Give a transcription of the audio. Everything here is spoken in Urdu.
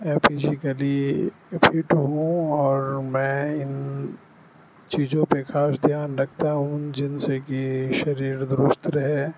فزیکلی فٹ ہوں اور میں ان چیزوں پہ خاص دھیان رکھتا ہوں جن سے کہ شریر درست رہے